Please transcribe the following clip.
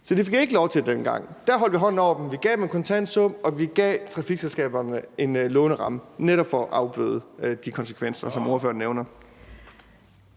Så det fik de ikke lov til dengang. Der holdt vi hånden over passagererne. Men vi gav dem en kontant sum, og vi gav trafikselskaberne en låneramme, netop for at afbøde de konsekvenser, som spørgeren nævner.